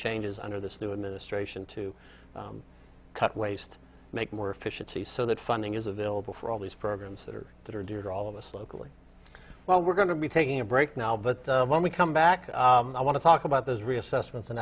changes under this new administration to cut waste make more efficiencies so that funding is available for all these programs that are that are due to all of us locally well we're going to be taking a break now but when we come back i want to talk about those reassessments in